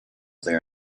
there